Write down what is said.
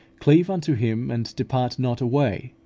cleave unto him, and depart not away,